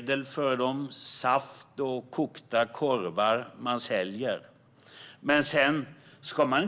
De har kanske haft en fotbolls eller innebandyturnering med flickor och pojkar och samlat in eller fått medel för saft och kokt korv som man har sålt. På samma